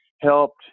helped